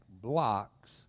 blocks